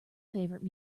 favorite